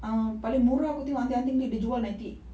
um paling murah aku tengok anting-anting dia jual ninety